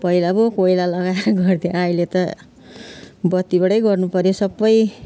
पहिला पो कोइला लगाएर गर्थ्यो अहिले त बत्तीबाटै गर्नु पर्यो सबै